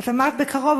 את אמרת "בקרוב",